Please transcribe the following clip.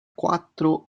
quattro